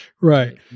Right